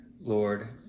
Lord